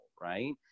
Right